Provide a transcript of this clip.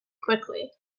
quickly